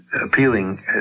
appealing